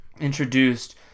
introduced